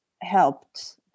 Helped